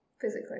Physically